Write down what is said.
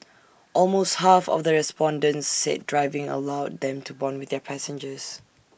almost half of the respondents said driving allowed them to Bond with their passengers